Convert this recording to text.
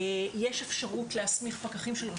קודם כל צריך אישור של משרד הבריאות,